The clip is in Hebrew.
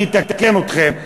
אני אתקן אתכם,